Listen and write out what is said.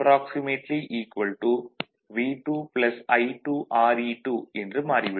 V2 I2 Re2 என்று மாறிவிடும்